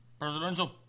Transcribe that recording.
presidential